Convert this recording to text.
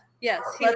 Yes